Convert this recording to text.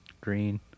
green